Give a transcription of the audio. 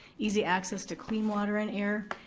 easy access to clean water and air,